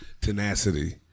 tenacity